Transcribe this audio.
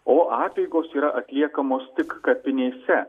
o apeigos yra atliekamos tik kapinėse